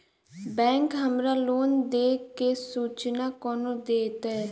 Bank हमरा loan देय केँ सूचना कोना देतय?